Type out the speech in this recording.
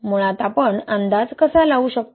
मुळात आपण अंदाज कसा लावू शकतो